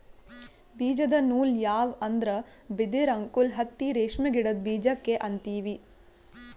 ಬೀಜದ ನೂಲ್ ಯಾವ್ ಅಂದ್ರ ಬಿದಿರ್ ಅಂಕುರ್ ಹತ್ತಿ ರೇಷ್ಮಿ ಗಿಡದ್ ಬೀಜಕ್ಕೆ ಅಂತೀವಿ